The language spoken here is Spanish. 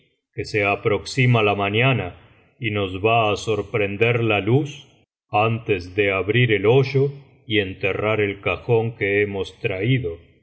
que se aproxima la mañana y nos va á sorprender la luz antes de abrir el hoyo y enterrar el cajón que hemos tmído